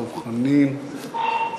דב חנין,